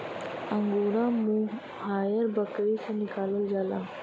angora mohair बकरी से निकालल जाला